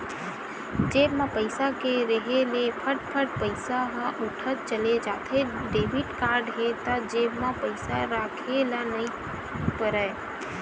जेब म पइसा के रेहे ले फट फट पइसा ह उठत चले जाथे, डेबिट कारड हे त जेब म पइसा राखे ल नइ परय